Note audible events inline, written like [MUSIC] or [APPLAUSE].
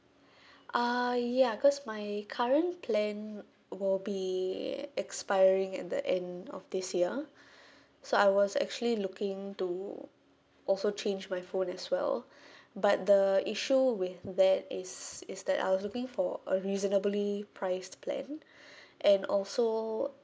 uh ya cause my current plan will be expiring at the end of this year [BREATH] so I was actually looking to also change my phone as well [BREATH] but the issue with that is is that I was looking for a reasonably priced plan [BREATH] and also